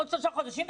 בעוד שלושה חודשים,